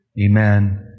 amen